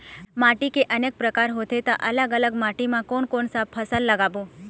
माटी के अनेक प्रकार होथे ता अलग अलग माटी मा कोन कौन सा फसल लगाबो?